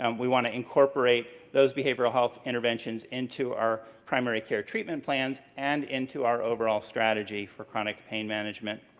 and we want to incorporate those behavioral health interventions into our primary care treatment plans, and into our overall strategy for chronic pain management.